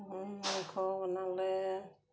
ঘৰ বনালে